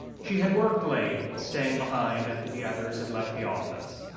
she had worked late, staying behind after the others had left the office.